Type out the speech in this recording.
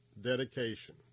Dedication